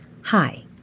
Hi